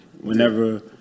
whenever